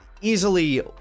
Easily